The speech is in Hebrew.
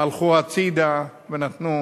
הלכו הצדה ונתנו